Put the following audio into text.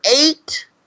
eight